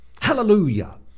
Hallelujah